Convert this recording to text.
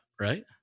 right